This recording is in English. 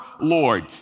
Lord